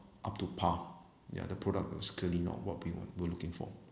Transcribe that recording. up to par ya the product was clearly not what we want we're looking for